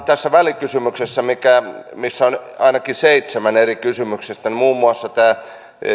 tässä välikysymyksessä missä on ainakin seitsemän eri kysymystä nostetaan muun muassa tämä